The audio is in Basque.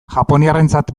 japoniarrentzat